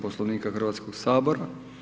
Poslovnika Hrvatskoga sabora.